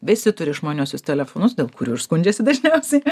visi turi išmaniuosius telefonus dėl kurių ir skundžiasi dažniausiai